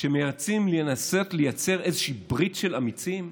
שמנסים לייצר איזושהי ברית של אמיצים,